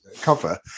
cover